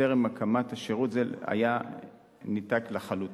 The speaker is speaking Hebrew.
וטרם הקמת שירות זה הקשר היה ניתק לחלוטין.